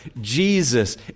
Jesus